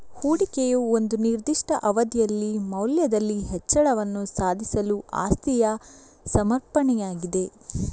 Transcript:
ಹೂಡಿಕೆಯು ಒಂದು ನಿರ್ದಿಷ್ಟ ಅವಧಿಯಲ್ಲಿ ಮೌಲ್ಯದಲ್ಲಿ ಹೆಚ್ಚಳವನ್ನು ಸಾಧಿಸಲು ಆಸ್ತಿಯ ಸಮರ್ಪಣೆಯಾಗಿದೆ